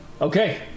Okay